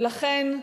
ולכן,